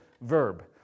verb